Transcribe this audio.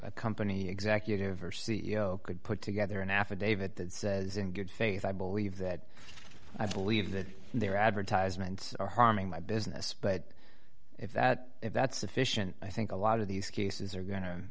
a company executive or c e o could put together an affidavit that says in good faith i believe that i believe that their advertisements are harming my business but if that if that's sufficient i think a lot of these cases are go